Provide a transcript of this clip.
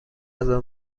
غذا